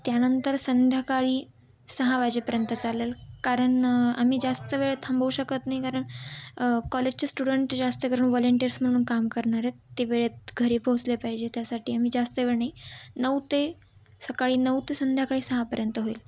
त्यानंतर संध्याकाळी सहा वाजेपर्यंत चालेल कारण आम्ही जास्त वेळेत थांबवू शकत नाही कारण कॉलेजचे स्टुडंट जास्तकरून व्हॉलेंटीयर्स म्हणून काम करणार आहेत ते वेळेत घरी पोहोचले पाहिजे त्यासाठी आम्ही जास्त वेळ नाही नऊ ते सकाळी नऊ ते संध्याकाळी सहापर्यंत होईल